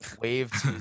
waved